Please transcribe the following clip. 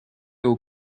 aux